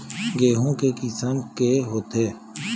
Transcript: गेहूं के किसम के होथे?